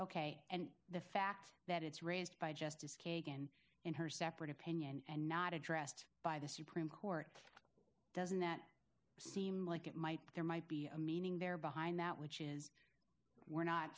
ok and the fact that it's raised by justice kagan in her separate opinion and not addressed by the supreme court doesn't that seem like it might there might be a meaning there behind that which is we're not